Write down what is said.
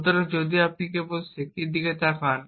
সুতরাং আপনি যদি কেবল শেকীর দিকে তাকান